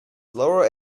lower